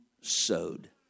sowed